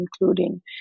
including